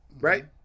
Right